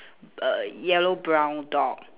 err yellow brown dog